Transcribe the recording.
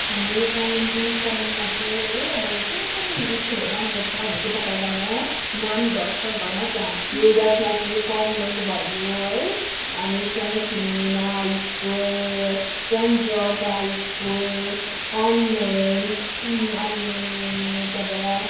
हाम्रो यो कालिम्पोङ टाउनमा चाहिँ है अब कुन कुन स्कुलहरू राम्रो छ भनेदेखि तपाईँलाई म नाम दर्शक गर्न चाहन्छु जसमा कि कन्भेन्ट भयो है अनि Saint Philomena school Saint George high school convent अनि त्यहाँबाट